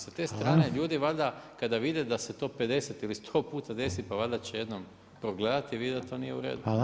Sa te strane, ljudi valjda, kada vide da se to 50 ili 100 puta desi, pa valjda će jednom progledati i vidjeti da to nije u redu.